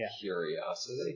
Curiosity